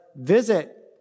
visit